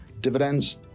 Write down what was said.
dividends